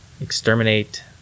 exterminate